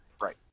Right